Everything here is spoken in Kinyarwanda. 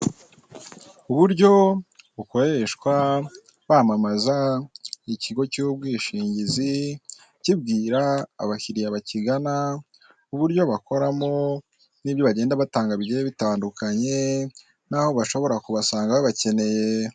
Uburyo bukoreshwa bamamaza ikigo cy'bwishingizi kibwira abakiririya bakigana uburyo bakoramo n'ibyo bagenda batanga bigiye bitandukanye naho bashobora kubasanga babakeneye.